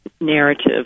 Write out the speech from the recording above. narrative